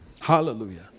Hallelujah